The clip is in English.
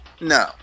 No